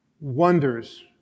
Wonders